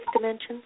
dimension